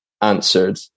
answered